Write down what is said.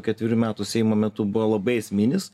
ketverių metų seimo metu buvo labai esminis